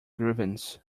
grievance